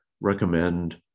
recommend